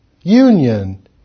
union